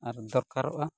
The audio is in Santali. ᱟᱨ ᱫᱚᱨᱠᱟᱨᱚᱜᱼᱟ